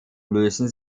lösen